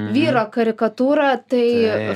vyro karikatūrą tai